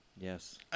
Yes